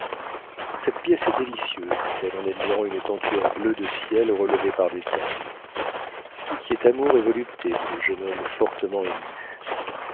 cette pièce est délicieuse dit-elle en admirant une tenture bleu de ciel relevée par des perles tout y est amour et volupté dit le jeune homme fortement ému